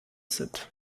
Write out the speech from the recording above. sind